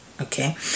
okay